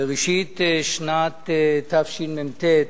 בראשית שנת תשמ"ט,